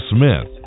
Smith